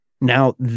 now